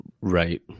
Right